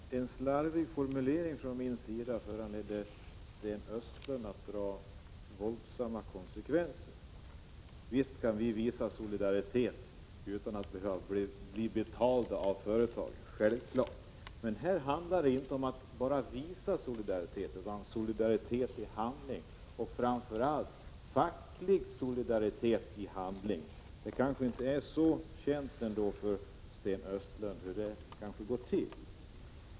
Herr talman! En slarvig formulering från min sida föranledde Sten Östlund att dra våldsamma slutsatser. Visst kan vi visa solidaritet utan att behöva bli betalda av företagen — självfallet! Men här handlar det inte om att bara visa solidaritet, utan det handlar om solidaritet i handling och framför allt om facklig solidaritet i handling. Det kanske inte är så känt för Sten Östlund hur det går till.